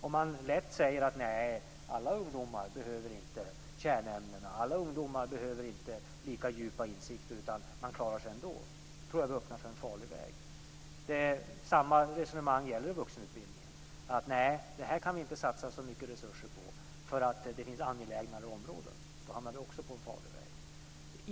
Om man lätt säger att alla ungdomar inte behöver kärnämnena, alla ungdomar inte behöver lika djupa insikter utan klarar sig ändå, tror jag att vi öppnar för en farlig väg. Samma resonemang gäller vuxenutbildningen, alltså: Nej, det här kan vi inte satsa så mycket resurser på därför att det finns angelägnare områden. Men då hamnar vi också på en farlig väg.